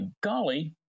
golly